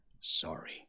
sorry